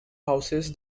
houses